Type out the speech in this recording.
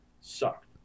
sucked